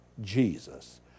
Jesus